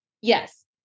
Yes